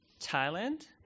Thailand